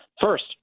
First